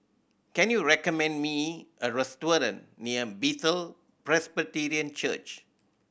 can you recommend me a restaurant near Bethel Presbyterian Church